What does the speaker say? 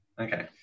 Okay